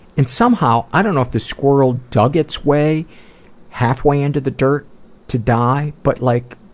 and somehow, i don't know if the squirrel dug its way halfway into the dirt to die, but like,